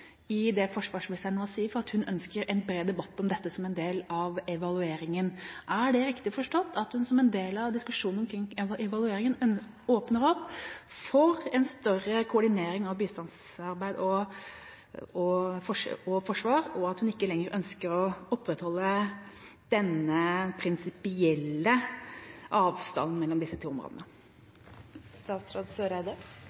i det forsvarsministeren nå sier, for at hun ønsker en bred debatt om dette som en del av evalueringa. Er det riktig forstått at hun som en del av diskusjonen omkring evalueringa åpner opp for en større koordinering av bistandsarbeid og forsvar, og at hun ikke lenger ønsker å opprettholde den prinsipielle avstanden mellom disse to